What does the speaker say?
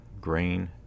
grain